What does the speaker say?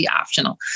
optional